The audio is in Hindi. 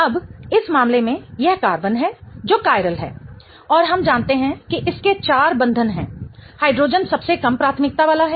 अब इस मामले में यह कार्बन है जो कायरल है और हम जानते हैं कि इसके 4 बंधन हैं हाइड्रोजन सबसे कम प्राथमिकता वाला है